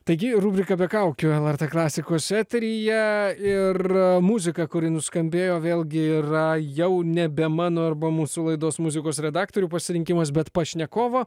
taigi rubriką be kaukių lrt klasikos eteryje ir muzika kuri nuskambėjo vėlgi yra jau nebe mano arba mūsų laidos muzikos redaktorių pasirinkimas bet pašnekovo